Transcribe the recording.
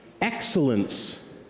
excellence